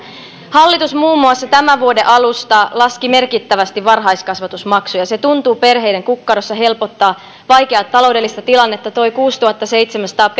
hallitus muun muassa tämän vuoden alusta laski merkittävästi varhaiskasvatusmaksuja se tuntuu perheiden kukkarossa helpottaa vaikeaa taloudellista tilannetta ja toi kuusituhattaseitsemänsataa